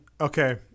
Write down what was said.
Okay